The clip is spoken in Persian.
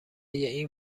این